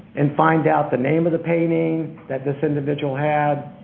and find out the name of the painting that this individual had,